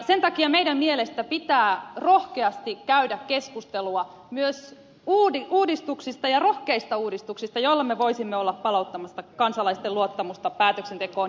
sen takia meidän mielestämme pitää rohkeasti käydä keskustelua myös uudistuksista ja rohkeista uudistuksista joilla me voisimme olla palauttamassa kansalaisten luottamusta päätöksentekoon